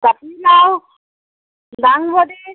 জাতিলাও দাংবডি